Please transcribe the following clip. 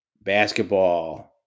Basketball